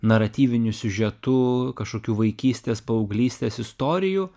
naratyviniu siužetu kažkokių vaikystės paauglystės istorijų